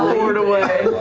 fjord away,